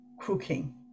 cooking